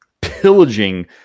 pillaging